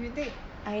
you can take